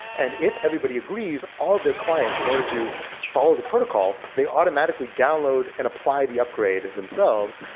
and if everybody agrees, all of their clients, in order to follow the protocol, they automatically download and apply the upgrade themselves,